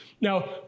Now